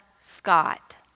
Scott